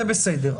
זה בסדר.